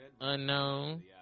Unknown